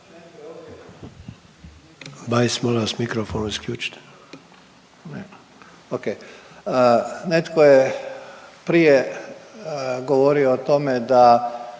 Netko je prije govorio o tome da